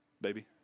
baby